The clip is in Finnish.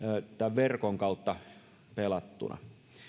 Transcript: verkon kautta pelattuna